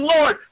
Lord